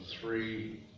three